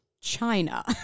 China